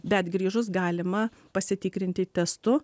bet grįžus galima pasitikrinti testu